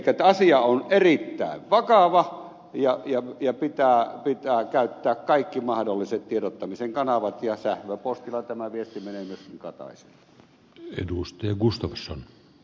elikkä asia on erittäin vakava ja pitää käyttää kaikki mahdolliset tiedottamisen kanavat ja sähköpostilla tämä viesti menee myöskin ministeri kataiselle